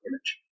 image